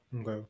Okay